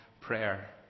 prayer